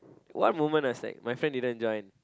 one moment I was like my friend didn't join